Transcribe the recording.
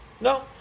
No